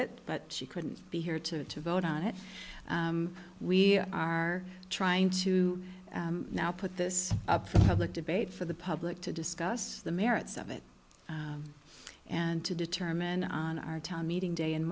it but she couldn't be here to vote on it we are trying to now put this up for public debate for the public to discuss the merits of it and to determine our town meeting day in